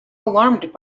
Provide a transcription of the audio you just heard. alarmed